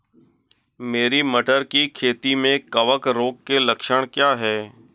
मेरी मटर की खेती में कवक रोग के लक्षण क्या हैं?